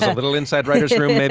and little inside writers' room, maybe.